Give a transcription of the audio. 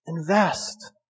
Invest